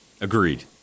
agreed